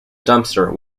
dumpster